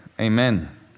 Amen